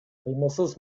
кыймылсыз